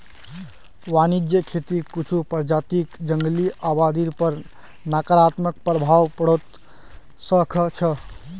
वन्यजीव खेतीक कुछू प्रजातियक जंगली आबादीर पर नकारात्मक प्रभाव पोड़वा स ख छ